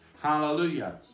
hallelujah